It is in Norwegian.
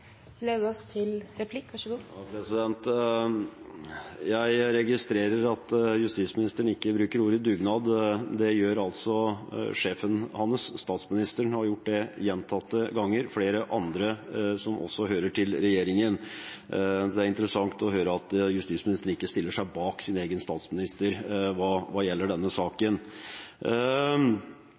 Jeg registrerer at justisministeren ikke bruker ordet «dugnad». Det gjør altså sjefen hans; statsministeren har gjort det gjentatte ganger, og flere andre som også hører til regjeringen. Det er interessant å høre at justisministeren ikke stiller seg bak sin egen statsminister hva gjelder denne